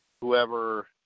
whoever